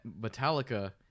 Metallica